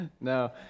No